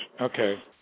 Okay